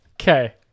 Okay